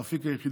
אז האפיק היחידי